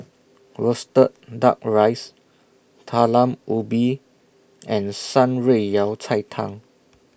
Roasted Duck Rice Talam Ubi and Shan Rui Yao Cai Tang